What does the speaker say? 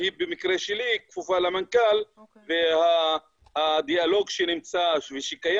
במקרה שלי היא כפופה למנכ"ל והדיאלוג שקיים,